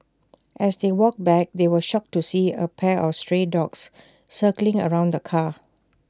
as they walked back they were shocked to see A pack of stray dogs circling around the car